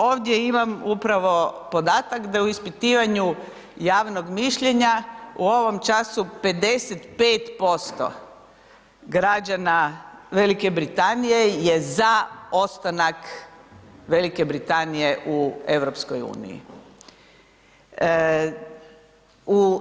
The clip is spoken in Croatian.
Ovdje imam upravo podatak da u ispitivanju javnog mišljenja, u času 55% građana Velike Britanije je za ostanak Velike Britanije u EU-u.